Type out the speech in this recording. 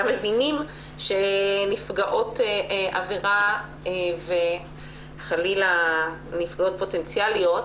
מבינים שנפגעות עבירה וחלילה נפגעות פוטנציאליות,